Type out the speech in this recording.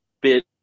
bit